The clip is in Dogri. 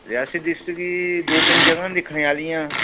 रियासी डिस्ट्रिक दो तिन्न जगह् न दिक्खने आह्लियां